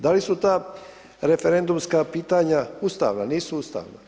Da li su ta referendumska pitanja ustavna, nisu ustavna?